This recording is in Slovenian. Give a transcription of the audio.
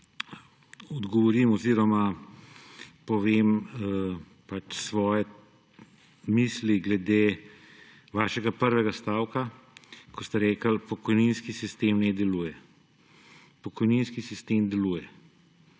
odgovorim oziroma povem pač svoje misli glede vašega prvega stavka, ko ste rekli »pokojninski sistem ne deluje«. Pokojninski sistem deluje.